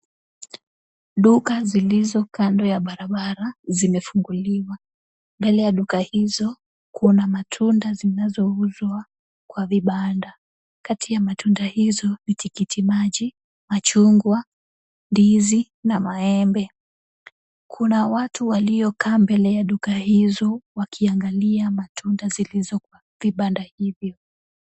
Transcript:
Duka zilizo kando ya barabara zimefunguliwa, mbele ya duka hizo kuna matunda zinazouzwa kwa vibanda, kati ya matunda hizo ni tikiti maji, machungwa, ndizi na maembe. Kuna watu waliokaa mbele ya duka hizo wakiangalia matunda zilizo vibanda hivyo.